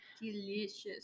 Delicious